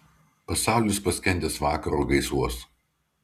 pasaulis paskendęs vakaro gaisuos